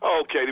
Okay